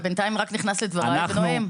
ללחוש...אתה בינתיים רק נכנס לדבריי ונואם.